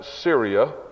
Syria